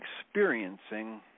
experiencing